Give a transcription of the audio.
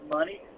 money